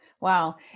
Wow